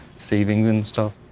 savings and stuff.